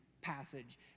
passage